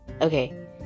okay